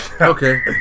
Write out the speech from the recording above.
Okay